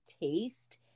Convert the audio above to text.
taste